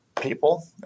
people